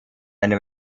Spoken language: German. eine